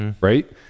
right